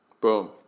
Boom